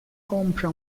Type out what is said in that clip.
compra